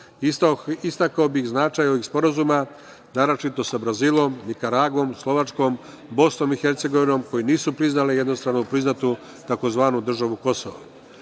Istakao bih značaj ovih sporazuma naročito sa Brazilom, Nikaragvom, Slovačkom, Bosnom i Hercegovinom koje nisu priznale jednostrano priznatu tzv. državu